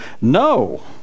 No